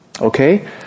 Okay